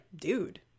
dude